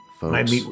folks